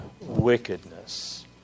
wickedness